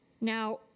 now